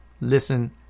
Listen